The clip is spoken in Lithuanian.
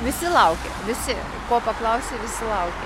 visi laukė visi ko paklausi visi laukė